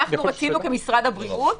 רצינו כמשרד הבריאות,